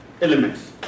elements